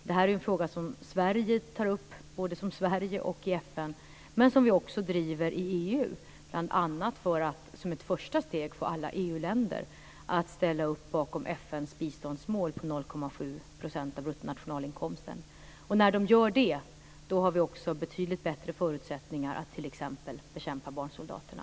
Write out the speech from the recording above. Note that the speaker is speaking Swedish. Detta är ju en fråga som Sverige tar upp i FN och som vi också driver i EU, bl.a. för att som ett första steg få alla EU-länder att ställa upp bakom FN:s biståndsmål på 0,7 % av bruttonationalinkomsten. Och när de gör det har vi också betydligt bättre förutsättningar att t.ex. bekämpa barnsoldaterna.